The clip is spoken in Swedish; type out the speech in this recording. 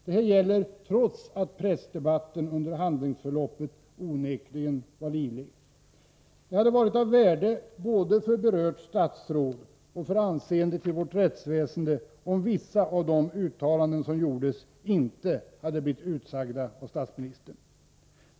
Detta gäller trots att pressdebatten under handläggningsförloppet onekligen var livlig. Det hade varit av värde både för berört statsråd och för anseendet för vårt rättsväsende om vissa av de uttalanden som gjordes inte hade blivit utsagda av statsministern.